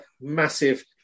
massive